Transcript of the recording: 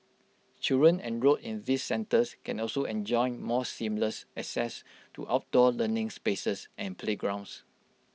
children enrolled in these centres can also enjoy more seamless access to outdoor learning spaces and playgrounds